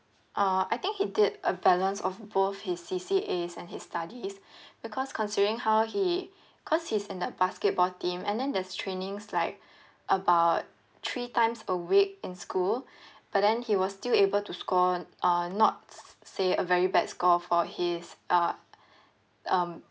uh I think he did a balance of both his C_C_As and his studies because considering how he cause he's in the basketball team and then there's trainings like about three times a week in school but then he was still able to score uh not s~ say a very bad score for his uh um